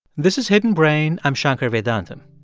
this is hidden brain. i'm shankar vedantam.